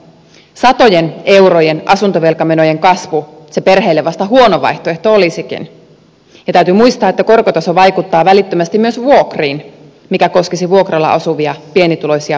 satojen eurojen asuntovelkamenojen kasvu se perheille vasta huono vaihtoehto olisikin ja täytyy muistaa että korkotaso vaikuttaa välittömästi myös vuokriin mikä koskisi vuokralla asuvia pienituloisia perheitä